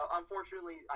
unfortunately